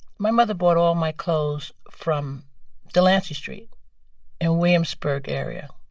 my mother bought all my clothes from delancey street in williamsburg area.